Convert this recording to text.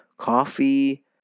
Coffee